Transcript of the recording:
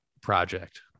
project